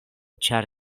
ĉar